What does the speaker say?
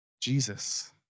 Jesus